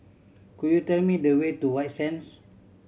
could you tell me the way to White Sands